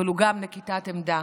אבל הוא גם נקיטת עמדה.